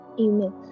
Amen